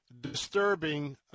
disturbing